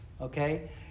Okay